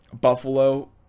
Buffalo